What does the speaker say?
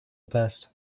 best